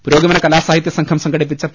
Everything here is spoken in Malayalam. പുരോഗമന കലാസാഹിത്യ സംഘം സംഘടിപ്പിച്ച പി